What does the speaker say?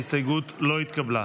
ההסתייגות לא התקבלה.